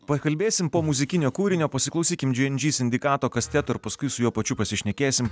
pakalbėsim po muzikinio kūrinio pasiklausykim džy en džy sindikato kasteto ir paskui su juo pačiu pasišnekėsim